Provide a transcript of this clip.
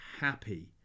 happy